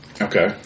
Okay